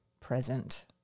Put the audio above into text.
present